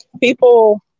people